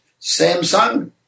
Samsung